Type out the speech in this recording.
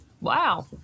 Wow